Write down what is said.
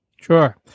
Sure